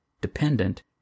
dependent